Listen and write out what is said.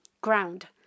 ground